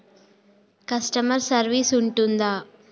Customer service ఉంటుందా?